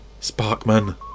Sparkman